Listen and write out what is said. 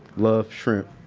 love, shrimp